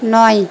নয়